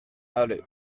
allez